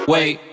Wait